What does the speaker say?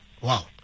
Wow